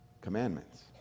commandments